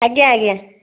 ଆଜ୍ଞା ଆଜ୍ଞା